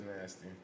nasty